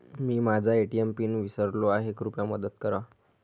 मी माझा ATM pin विसरलो आहे, कृपया मदत करा